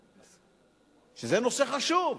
וזה נושא חשוב.